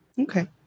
Okay